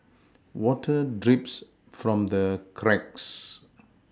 water drips from the cracks